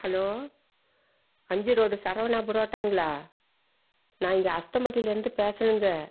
hello அஞ்சு road Saravana பரோட்டாங்களா நான் இங்கே அஸ்தம்பட்டியிலேருந்து பேசுகிறேங்க